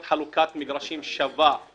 עשר שנים?